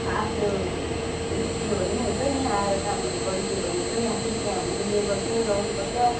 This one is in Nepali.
आफ्नो उयो दियो भने पनि हुन्छ नि आएर कामहरू गरिदियो भने पनि आखिरी त्यहाँ हामीले लेबर पनि लाउनुपर्छ